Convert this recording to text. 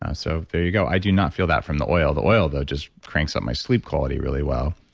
ah so there you go. i do not feel that from the oil. the oil, though, just cranks up my sleep quality really well.